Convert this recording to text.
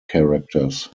characters